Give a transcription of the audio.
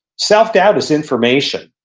self-doubt is information.